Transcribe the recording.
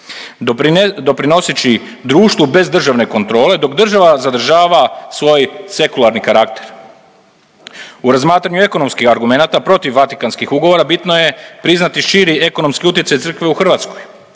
doprinoseći društvu bez državne kontrole, dok država zadržava svoj sekularni karakter. U razmatranju ekonomskih argumenata protiv Vatikanskih ugovora, bitno je priznati širi ekonomski utjecaj Crkve u Hrvatskoj.